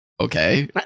okay